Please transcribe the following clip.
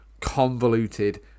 convoluted